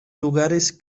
lugares